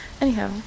Anyhow